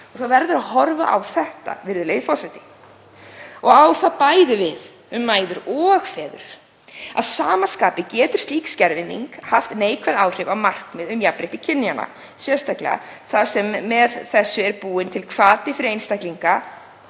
á það verður að horfa, virðulegi forseti, — og á það bæði við um mæður og feður. Að sama skapi getur slík skerðing haft neikvæð áhrif á markmið um jafnrétti kynjanna, sérstaklega þar sem með þessu er búinn til hvati fyrir einstaklinga